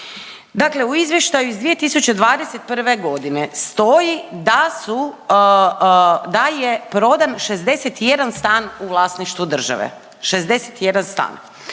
Dakle u izvještaju iz 2021. g. stoji da su, da je prodan 61 stan u vlasništvu države. 61 stan.